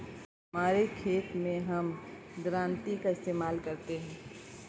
हमारे खेत मैं हम दरांती का इस्तेमाल करते हैं